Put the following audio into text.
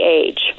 age